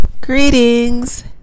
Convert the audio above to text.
Greetings